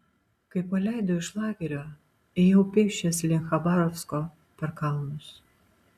kai paleido iš lagerio ėjau pėsčias link chabarovsko per kalnus